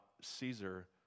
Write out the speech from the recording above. Caesar